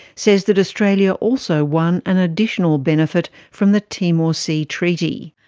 says that australia also won an additional benefit from the timor sea treaty.